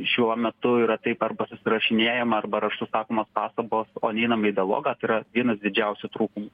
šiuo metu yra taip arba susirašinėjama arba raštu sakomos pastabos o neinam į dialogą tai yra vienas didžiausių trūkumų